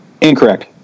Incorrect